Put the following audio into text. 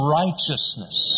righteousness